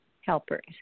helpers